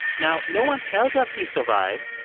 now, no one tells us he survived.